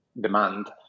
demand